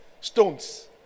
stones